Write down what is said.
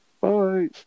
Bye